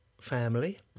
family